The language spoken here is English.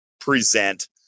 present